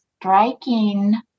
striking